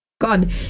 God